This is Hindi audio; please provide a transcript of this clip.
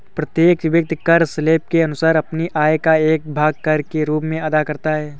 प्रत्येक व्यक्ति कर स्लैब के अनुसार अपनी आय का एक भाग कर के रूप में अदा करता है